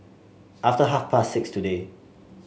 after half past six today